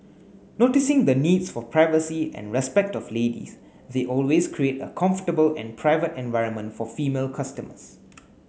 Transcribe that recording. noticing the needs for privacy and respect of ladies they always create a comfortable and private environment for female customers